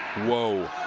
whoa.